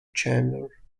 tenure